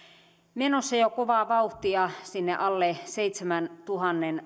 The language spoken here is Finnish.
menossa jo kovaa vauhtia sinne alle seitsemäntuhannen